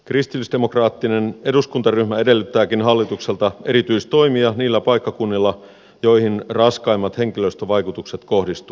kristillisdemokraattinen eduskuntaryhmä edellyttääkin hallitukselta erityistoimia niillä paikkakunnilla joihin raskaimmat henkilöstövaikutukset kohdistuvat